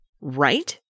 Right